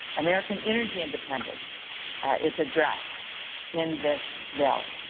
american energy independence is addressed in this bill.